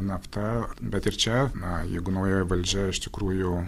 nafta bet ir čia na jeigu naujoji valdžia iš tikrųjų